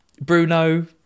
Bruno